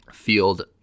field